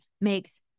makes